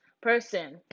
person